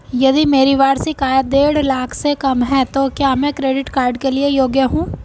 यदि मेरी वार्षिक आय देढ़ लाख से कम है तो क्या मैं क्रेडिट कार्ड के लिए योग्य हूँ?